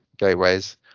Gateways